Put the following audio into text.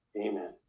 Amen